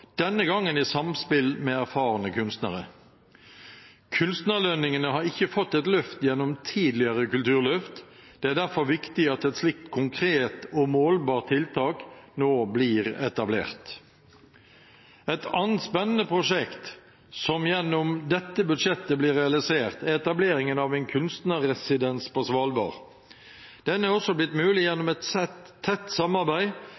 denne gangen i samspill med erfarne kunstnere. Kunstnerlønningene har ikke fått et løft gjennom tidligere kulturløft. Det er derfor viktig at et slikt konkret og målbart tiltak nå blir etablert. Et annet spennende prosjekt som gjennom dette budsjettet blir realisert, er etableringen av en kunstnerresidens på Svalbard. Denne er også blitt mulig gjennom et tett samarbeid